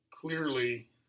clearly